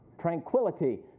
Tranquility